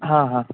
हां हां